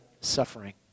suffering